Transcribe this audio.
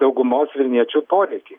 daugumos vilniečių poreikį